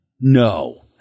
No